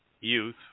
youth